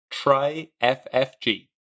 TRYFFG